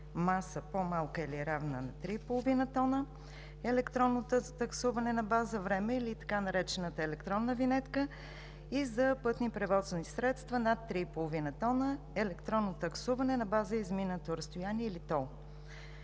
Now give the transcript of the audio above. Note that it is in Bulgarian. маса, по-малка или равна на 3,5 тона – електронно таксуване на база време или така наречената „електронна винетка“, и за пътни превозни средства над 3,5 тона – електронно таксуване на база изминато разстояние, или тол.